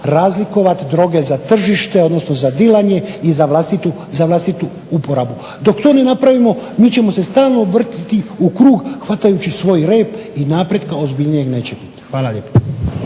razlikovati droge za tržište odnosno za dilanje i za vlastitu uporabu. Dok to ne napravimo mi ćemo se stalno vrtiti u krug hvatajući svoj rep i napretka ozbiljnijeg neće biti. Hvala lijepa.